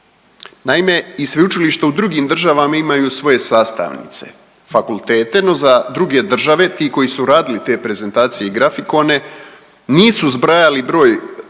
Naime, i sveučilišta u drugim državama imaju svoje sastavnice, fakultete no za druge države ti koji su radili te prezentacije i grafikone nisu zbrajali broj